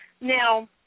Now